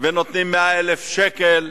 ונותנים 100,000 שקל.